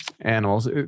animals